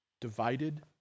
divided